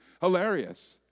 Hilarious